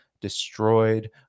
destroyed